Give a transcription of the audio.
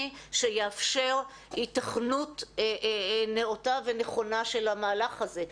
שיאפשר היתכנות נאותה ונכונה של המהלך הזה.